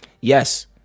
Yes